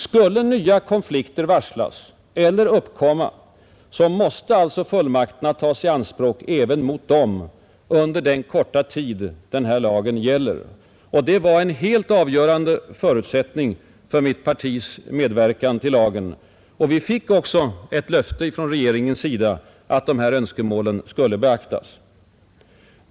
Skulle nya konflikter varslas eller uppkomma, så måste alltså fullmakterna tas i anspråk även mot dem under den korta tid som denna lag gäller, och det var en helt avgörande förutsättning för mitt partis medverkan till lagen. Vi fick också ett löfte från regeringens sida att dessa önskemål skulle beaktas.